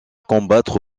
combattre